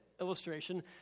illustration